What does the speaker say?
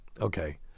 Okay